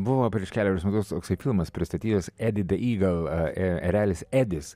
buvo prieš kelerius metus toksai filmas pristatys edit ve igal erelis edis